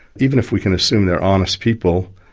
even if we can assume they're honest people,